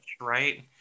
right